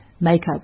makeup